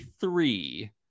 three